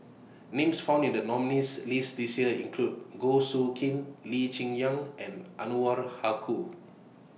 Names found in The nominees' list This Year include Goh Soo Khim Lee Cheng Yan and